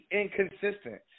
inconsistent